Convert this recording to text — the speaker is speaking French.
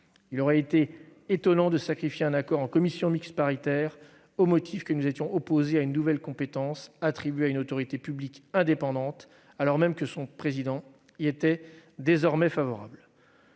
Il aurait été étonnant de sacrifier un accord en commission mixte paritaire au motif que nous étions opposés à l'attribution d'une nouvelle compétence à une autorité publique indépendante, alors même que son président lui-même y était désormais favorable.